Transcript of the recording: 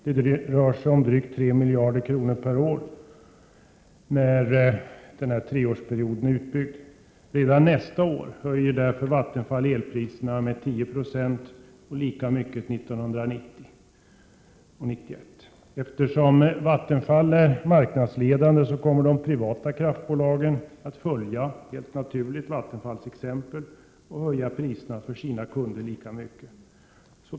Det rör sig om drygt 3 miljarder kronor per år under en treårsperiod. Redan nästa år höjer därför Vattenfall elpriserna med 10 96 och med lika mycket 1990 och 1991. Eftersom Vattenfall är marknadsledande, kommer de privata kraftbolagen att helt naturligt följa Vattenfalls exempel och höja priserna för sina kunder lika mycket.